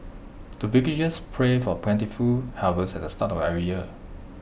the villagers pray for plentiful harvest at the start of every year